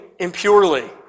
impurely